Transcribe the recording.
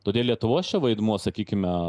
todėl lietuvos čia vaidmuo sakykime